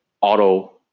auto